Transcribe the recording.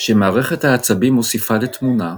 שמערכת העצבים מוסיפה לתמונה,